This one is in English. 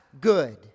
good